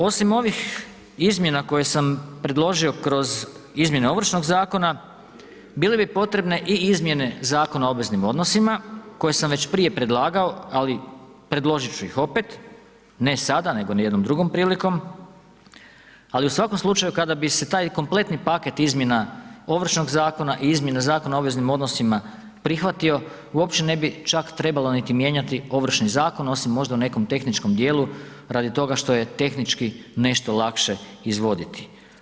Osim ovih izmjena koje sam predložio kroz izmjene Ovršnog zakona bile bi potrebne i izmjene Zakona o obveznim odnosima koje sam već prije predlagao, ali predložit ću ih opet, ne sada, nego jednom drugom prilikom, ali u svakom slučaju kada bi se taj kompletni paket izmjena Ovršnog zakona i izmjene Zakona o obveznim odnosima prihvatio, uopće ne bi čak trebalo niti mijenjati Ovršni zakon, osim možda u nekom tehničkom dijelu radi toga što je tehnički nešto lakše izvoditi.